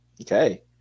Okay